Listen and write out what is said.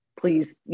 please